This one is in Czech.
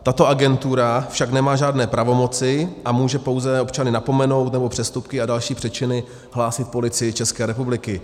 Tato agentura však nemá žádné pravomoci a může pouze občany napomenout nebo přestupky a další přečiny hlásit Policii České republiky.